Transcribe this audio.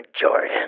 Jordan